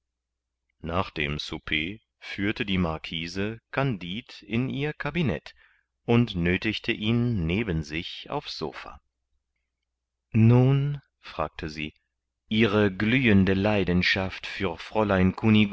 nach dem souper führte die marquise kandid in ihr cabinet und nöthigte ihn neben sich aufs sopha nun fragte sie ihre glühende leidenschaft für fräulein